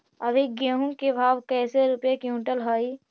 अभी गेहूं के भाव कैसे रूपये क्विंटल हई?